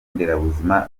nderabuzima